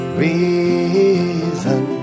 reason